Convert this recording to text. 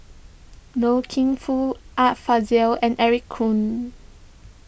Loy Keng Foo Art Fazil and Eric Khoo